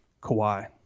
Kawhi